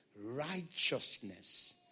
Righteousness